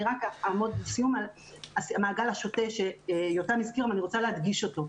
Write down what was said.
אני רק אעמוד בסיום על המעגל השוטה שיותם הזכיר ואני רוצה להדגיש אותו.